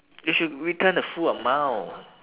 you should return the full amount